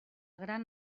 gran